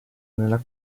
nel